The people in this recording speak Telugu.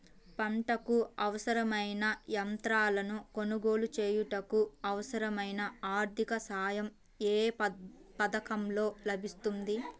పంటకు అవసరమైన యంత్రాలను కొనగోలు చేయుటకు, అవసరమైన ఆర్థిక సాయం యే పథకంలో లభిస్తుంది?